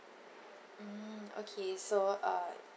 mm okay so uh